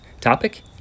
Topic